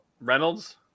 Reynolds